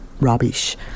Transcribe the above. rubbish